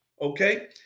okay